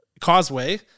Causeway